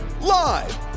Live